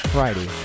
Friday